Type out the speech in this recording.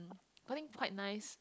what thing quite nice